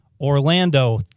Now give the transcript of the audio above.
Orlando